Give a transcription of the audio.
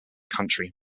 country